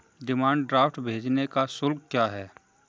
Demand draft भेजने का शुल्क क्या है?